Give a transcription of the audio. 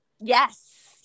Yes